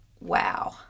wow